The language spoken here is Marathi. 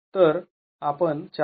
तर आपण ४